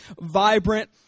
vibrant